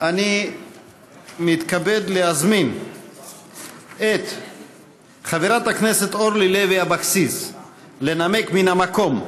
אני מתכבד להזמין את חברת הכנסת אורלי לוי אבקסיס לנמק מן המקום,